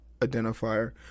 identifier